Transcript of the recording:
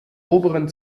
oberen